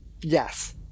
Yes